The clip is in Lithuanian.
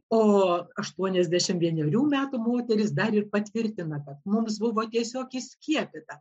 o aštuoniasdešimt vienerių metų moteris dar ir patvirtina kad mums buvo tiesiog įskiepyta